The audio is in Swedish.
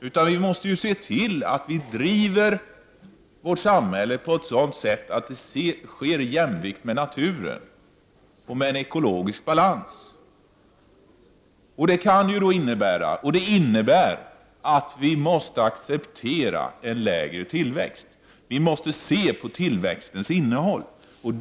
Vi måste i stället se till att vi driver vårt samhällssystem på ett sådant sätt att allt sker jämlikt naturen och med bibehållande av den ekologiska balansen. Det innebär att vi måste acceptera en lägre tillväxt. Vi måste se på tillväxtens innehåll.